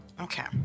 Okay